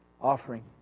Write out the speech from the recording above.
offering